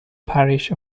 parish